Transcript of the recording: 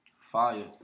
Fire